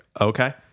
okay